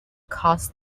cause